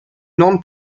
non